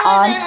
on